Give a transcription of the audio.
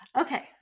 Okay